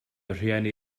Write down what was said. rhieni